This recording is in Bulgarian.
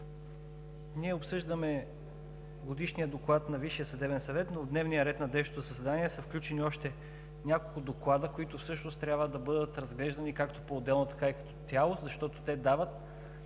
Ние обсъждаме Годишния доклад на Висшия съдебен съвет, но в дневния ред на днешното заседание са включени още няколко доклада, които всъщност трябва да бъдат разглеждани както поотделно, така и като цяло, защото те дават